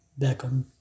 Beckham